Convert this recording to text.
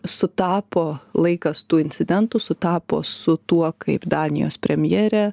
sutapo laikas tų incidentų sutapo su tuo kaip danijos premjerė